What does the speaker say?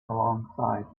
alongside